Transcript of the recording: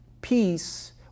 peace